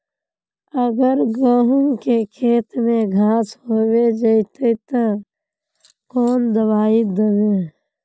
अगर गहुम के खेत में घांस होबे जयते ते कौन दबाई दबे?